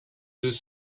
deux